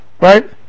right